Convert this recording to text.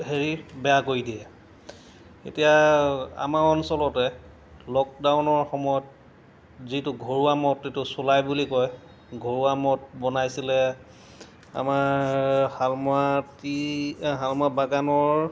হেৰি বেয়া কৰি দিয়ে এতিয়া আমাৰ অঞ্চলতে লকডাউনৰ সময়ত যিটো ঘৰুৱা মদ এইটো চুলাই বুলি কয় ঘৰুৱা মদ বনাইছিলে আমাৰ শালমৰা টি শালমৰা বাগানৰ